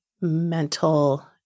mental